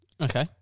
Okay